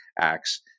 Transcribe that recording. acts